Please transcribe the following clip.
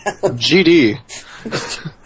GD